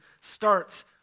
starts